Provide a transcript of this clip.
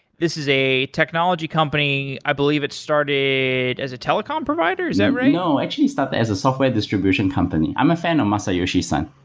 this is a technology company i believe it started as a telecom provider. is that right? no. actually it started as a software distribution company. i'm a fan of masayoshi son.